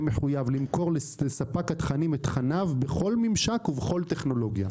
מחויב למכור לספק התכנים את תכניו בכל ממשק ובכל טכנולוגיה".